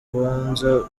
rubanza